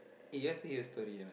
eh you want to hear a story or not